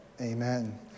Amen